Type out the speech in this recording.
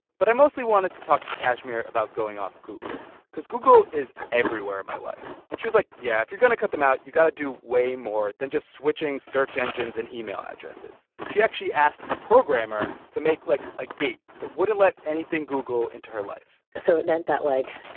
but i mostly wanted to talk to kashmir about going off google because google is everywhere in my life. and she was like, yeah, if you're going to cut them out, you've got to do way more than just switching search engines and email addresses. she actually asked a programmer to make, like, a gate that wouldn't let anything google into her life so it meant that, like,